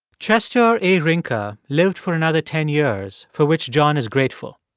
chester a. rinka lived for another ten years, for which john is grateful.